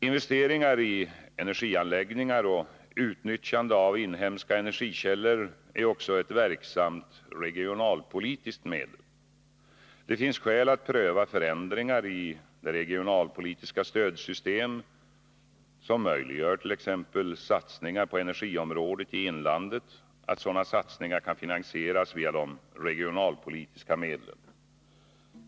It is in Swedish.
Investeringar i energianläggningar och utnyttjande ”v irnemska energikällor är också ett verksamt regionalpolitiskt medel. I ans skäl att pröva förändringar i det regionalpolitiska stödsystemet som möjliggör att t.ex. satsningar på energiområdet i inlandet kan finansieras via de regionalpolitiska medlen.